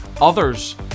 others